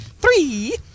Three